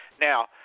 Now